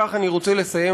ובכך אני רוצה לסיים,